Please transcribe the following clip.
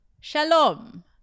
shalom